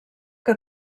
que